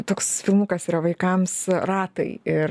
toks filmukas yra vaikams ratai ir